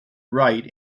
right